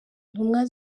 ntumwa